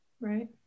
Right